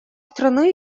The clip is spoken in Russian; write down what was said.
страны